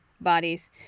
bodies